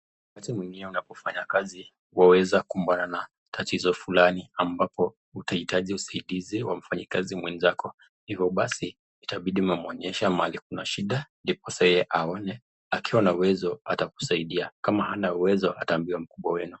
Wakati mwingine unapofanya kazi waweza kumbana na tatizo fulani ambapo utahitaji usaidizi wa mfanyakazi mwenzako. Hivyo basi itabidi umuonyeshe mahali kuna shida ndiposa yeye aone. Akiwa na uwezo atakusaidia. Kama hana uwezo ataambiwa mkubwa wenu.